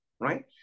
right